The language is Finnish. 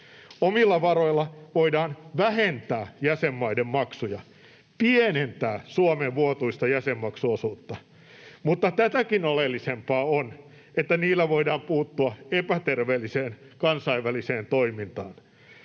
Omilla varoilla voidaan vähentää jäsenmaiden maksuja, pienentää Suomen vuotuista jäsenmaksuosuutta, mutta tätäkin oleellisempaa on, että niillä voidaan puuttua epäterveelliseen kansainväliseen toimintaan.